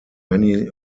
many